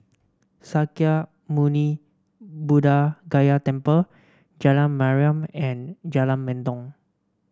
Sakya Muni Buddha Gaya Temple Jalan Mariam and Jalan Mendong